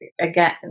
again